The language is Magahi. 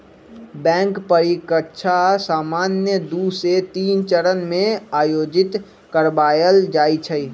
बैंक परीकछा सामान्य दू से तीन चरण में आयोजित करबायल जाइ छइ